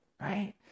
right